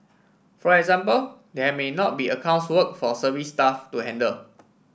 for example there may not be accounts work for service staff to handle